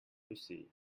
lucy